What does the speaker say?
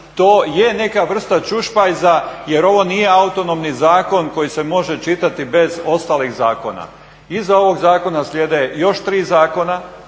To je neka vrsta ćušpajza jer ovo nije autonomni zakon koji se može čitati bez ostalih zakona. Iza ovog zakona slijede još tri zakona,